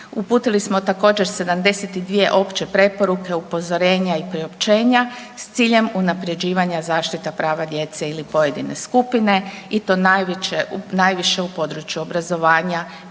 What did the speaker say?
uputili smo također 72 opće preporuke, upozorenja i priopćenja s ciljem unapređivanja zaštite prava djece ili pojedine skupine i to najviše u području obrazovanja